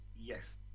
Yes